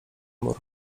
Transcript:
mur